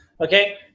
okay